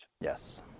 Yes